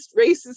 racist